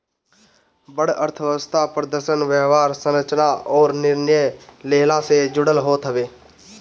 बड़ अर्थव्यवस्था प्रदर्शन, व्यवहार, संरचना अउरी निर्णय लेहला से जुड़ल होत हवे